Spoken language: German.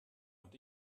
und